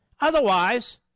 Otherwise